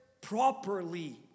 properly